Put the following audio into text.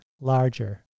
larger